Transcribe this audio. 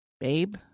babe